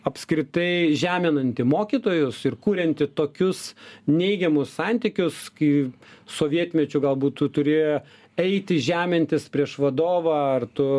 apskritai žeminanti mokytojus ir kurianti tokius neigiamus santykius kai sovietmečiu galbūt tu turi eiti žemintis prieš vadovą ar tu